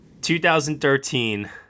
2013